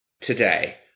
today